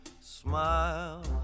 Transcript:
Smile